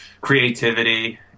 creativity